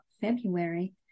February